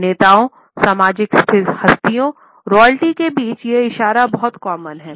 नेताओं सामाजिक हस्तियों रॉयल्टी के बीच यह इशारा बहुत आम है